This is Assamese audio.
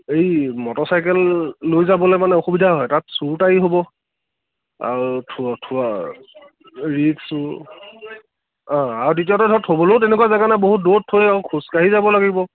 এই মটৰ চাইকেল লৈ যাবলৈ মানে অসুবিধা হয় তাত চুৰ তাৰি হ'ব আৰু থোৱা থোৱা ৰিক্সো আৰু দ্বিতীয়তে ধৰ থবলৈয়ো তেনেকুৱা জেগা নাই বহুত দূৰত থৈ আহোঁ খোজকাঢ়ি যাব লাগিব